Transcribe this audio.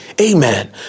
Amen